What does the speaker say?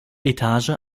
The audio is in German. etage